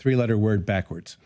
three letter word backwards